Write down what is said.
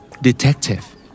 Detective